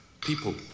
People